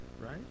right